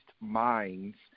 minds